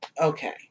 Okay